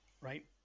right